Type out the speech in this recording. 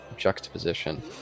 juxtaposition